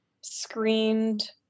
screened